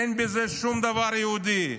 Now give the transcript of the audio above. אין בזה שום דבר יהודי,